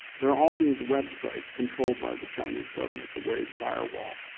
there are all these websites controlled by the chinese government, the great firewall,